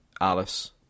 Alice